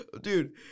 Dude